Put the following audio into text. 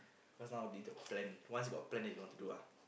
cause now need a plan once you got plan then you know what to do ah